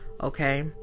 Okay